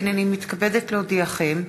הנני מתכבדת להודיעכם,